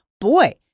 boy